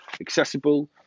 accessible